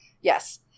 Yes